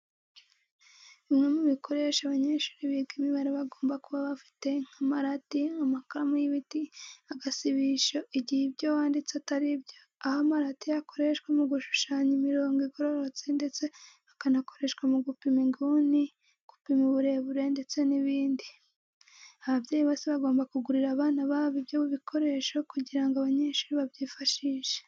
Bimwe mu bikoresho abanyeshuri biga imibare bagomba kuba bafite nk'amarati, amakaramu y'ibiti, agasibisho igihe ibyo wanditse atari byo, aho amarati yo akoreshwa mu gushushanya imirongo igororotse ndetse akanakoreshwa mu gupima inguni, gupima uburebure ndetse n'ibindi. Ababyeyi bose bagomba kugurira abana babo ibyo bikoresho kugira ngo abanyeshuri babyifashishe.